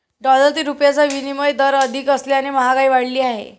dollar ते रुपयाचा विनिमय दर अधिक असल्याने महागाई वाढली आहे